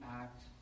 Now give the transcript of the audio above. act